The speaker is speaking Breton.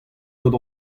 gant